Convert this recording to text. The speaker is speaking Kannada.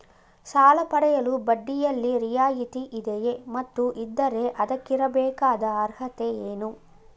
ಸಾಲ ಪಡೆಯಲು ಬಡ್ಡಿಯಲ್ಲಿ ರಿಯಾಯಿತಿ ಇದೆಯೇ ಮತ್ತು ಇದ್ದರೆ ಅದಕ್ಕಿರಬೇಕಾದ ಅರ್ಹತೆ ಏನು?